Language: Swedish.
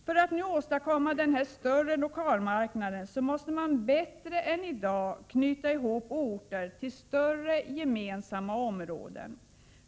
För att åstadkomma denna större lokalmarknad måste man bättre än i dag knyta ihop orter till större gemensamma områden.